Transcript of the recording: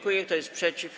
Kto jest przeciw?